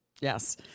Yes